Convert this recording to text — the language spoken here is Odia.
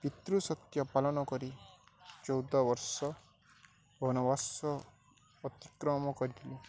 ପିତୃ ସତ୍ୟ ପାଳନ କରି ଚଉଦ ବର୍ଷ ବନବାସ ଅତିକ୍ରମ କରିଥିଲେ